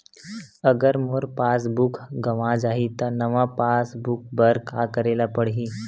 अगर मोर passbook गवां जाहि त नवा पास बुक बर का करे ल पड़हि?